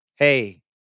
Hey